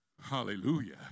Hallelujah